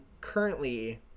currently